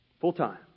full-time